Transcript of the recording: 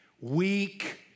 weak